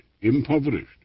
impoverished